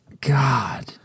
God